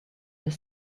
his